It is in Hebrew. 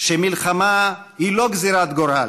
שמלחמה היא לא גזרת גורל,